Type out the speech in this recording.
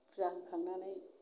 फुजा होखांनानै